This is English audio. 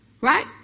Right